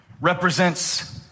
represents